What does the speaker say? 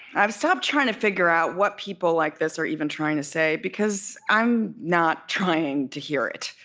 i've stopped trying to figure out what people like this are even trying to say because i'm not trying to hear it.